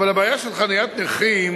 אבל הבעיה של חניית נכים